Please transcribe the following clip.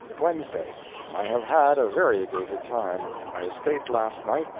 wednesday i have had a variegated time. i escaped last night,